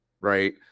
right